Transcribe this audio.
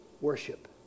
worship